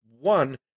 one